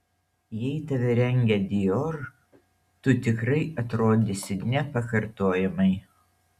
jei tave rengia dior tu tikrai atrodysi nepakartojamai